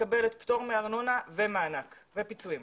מקבלת פטור מארנונה ומענק ופיצויים.